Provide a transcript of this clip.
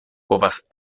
povas